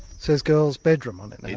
says girl's bedroom on it now. yeah,